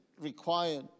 required